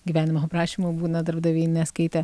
gyvenimo aprašymo būna darbdaviai neskaitę